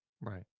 Right